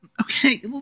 Okay